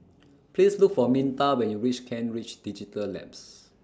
Please Look For Minta when YOU REACH Kent Ridge Digital Labs